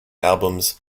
albums